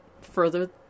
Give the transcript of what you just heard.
further